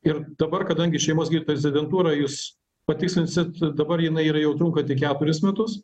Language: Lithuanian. ir dabar kadangi šeimos gydytojo rezidentūrą jis patikslinsit dabar jinai jau trunka tik keturis metus